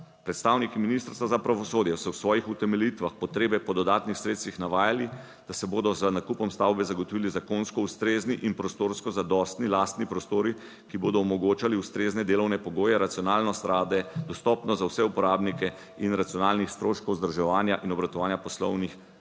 Predstavniki Ministrstva za pravosodje so v svojih utemeljitvah potrebe po dodatnih sredstvih navajali, da se bodo z nakupom stavbe zagotovili zakonsko ustrezni in prostorsko zadostni lastni prostori, ki bodo omogočali ustrezne delovne pogoje, racionalnost rabe, dostopnost za vse uporabnike in racionalnih stroškov vzdrževanja in obratovanja poslovnih prostorov